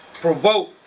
Provoke